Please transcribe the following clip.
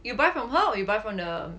you buy from her or you buy from the